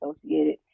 associated